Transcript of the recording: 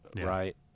right